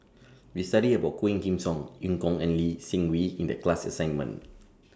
We studied about Quah Kim Song EU Kong and Lee Seng Wee in The class assignment